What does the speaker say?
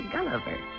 Gulliver